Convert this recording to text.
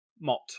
Mott